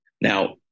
Now